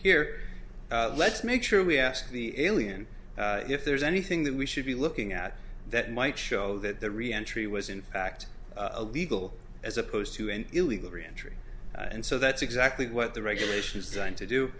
here let's make sure we ask the alien if there's anything that we should be looking at that might show that the reentry was in fact a legal as opposed to an illegal reentry and so that's exactly what the regulations designed to do